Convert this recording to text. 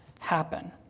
happen